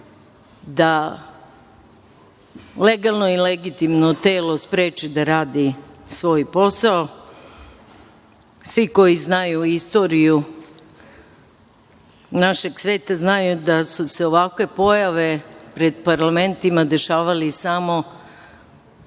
da legalno i legitimno telo spreče da radi svoj posao. Svi koji znaju istoriju našeg sveta znaju da su se ovakve pojave pred parlamentima dešavale samo